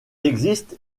existe